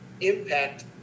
impact